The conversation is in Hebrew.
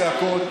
הצעקות.